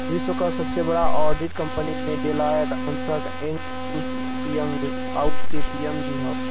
विश्व क सबसे बड़ा ऑडिट कंपनी में डेलॉयट, अन्सर्ट एंड यंग, आउर के.पी.एम.जी हौ